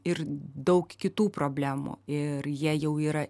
ir daug kitų problemų ir jie jau yra